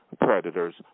predators